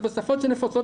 בשפות שנפוצות